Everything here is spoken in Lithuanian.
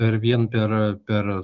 per vien per per